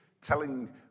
telling